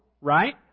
right